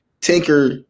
tinker